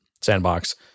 sandbox